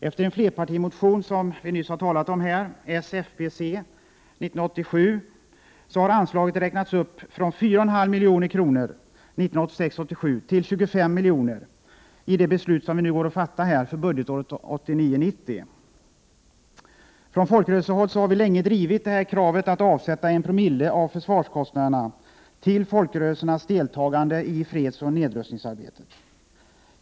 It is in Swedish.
Efter en flerpartimotion från s, fp och c år 1987, som vi nyss talat om, har anslaget räknats upp från 4,5 milj.kr. 1986 90. Från folkrörelsehåll har länge drivits kravet att avsätta 1 Zo av försvarskostnaderna till folkrörelsernas deltagande i fredsoch nedrustningsarbetet.